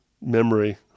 Memory